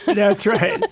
that's right.